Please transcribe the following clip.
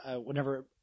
whenever –